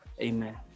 amen